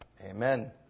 amen